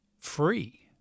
free